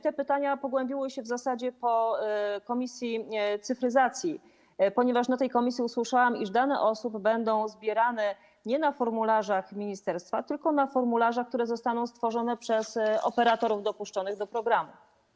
Te pytania pogłębiły się w zasadzie po posiedzeniu komisji cyfryzacji, ponieważ na tym posiedzeniu usłyszałam, iż dane osób będą zbierane nie w formularzach ministerstwa, tylko w formularzach, które zostaną stworzone przez operatorów dopuszczonych do programu.